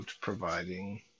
providing